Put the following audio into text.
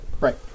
Right